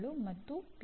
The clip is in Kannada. ಟಿ